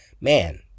man